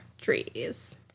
trees